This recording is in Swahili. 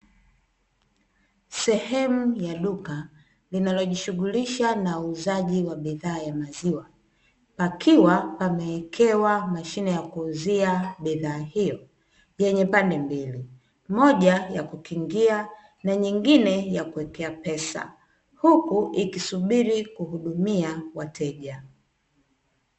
Sehemu ya duka linalojishughulisha na uuzaji wa bidhaa ya maziwa, pakiwa pamewekewa mashine ya kuuzia bidhaa hiyo yenye pande mbili, moja ya kukingia na nyingine ya kuwekea pesa. Huku ikisubiri kuhudumia wateja.